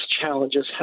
challenges